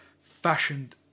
fashioned